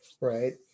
right